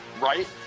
Right